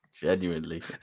Genuinely